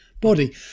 body